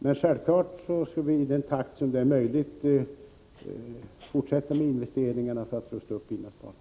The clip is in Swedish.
Men självfallet skall vi i den takt som är möjlig fortsätta med investeringarna för att rusta upp inlandsbanan.